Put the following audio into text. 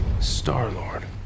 Star-Lord